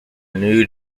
new